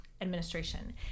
administration